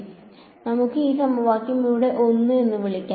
അതിനാൽ നമുക്ക് ഈ സമവാക്യം ഇവിടെ 1 എന്ന് വിളിക്കാം